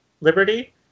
Liberty